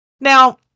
now